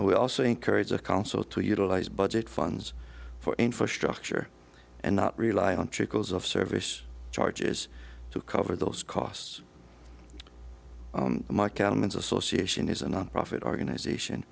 we also encourage the council to utilize budget funds for infrastructure and not rely on trickles of service charges to cover those costs my countenance association is a nonprofit organization